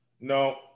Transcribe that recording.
no